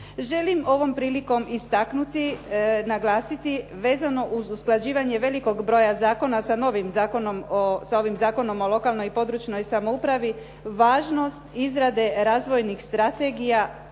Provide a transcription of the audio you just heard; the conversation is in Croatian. Želim ovom prilikom istaknuti, naglasiti, vezano uz usklađivanje velikog broja zakona sa novim zakonom, sa ovim zakonom, sa ovim Zakonom o lokalnoj i područnoj samoupravi, važnost izrade razvojnih strategija,